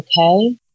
okay